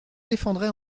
défendrai